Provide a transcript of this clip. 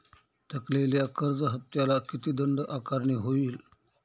थकलेल्या कर्ज हफ्त्याला किती दंड आकारणी होईल?